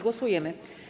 Głosujemy.